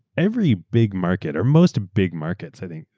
every big market or most big markets, i think,